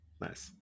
Nice